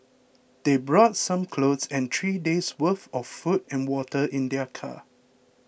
they brought some clothes and three days worth of food and water in their car